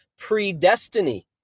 predestiny